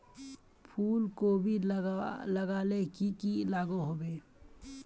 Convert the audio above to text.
फूलकोबी लगाले की की लागोहो होबे?